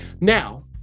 Now